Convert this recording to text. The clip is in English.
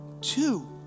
two